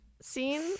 scene